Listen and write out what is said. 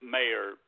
Mayor